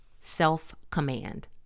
self-command